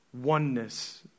oneness